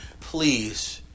please